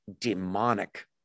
demonic